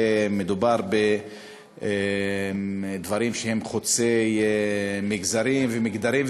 מדובר בדברים שהם חוצי מגזרים ומגדרים,